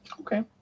okay